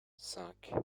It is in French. cinq